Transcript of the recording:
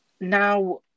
Now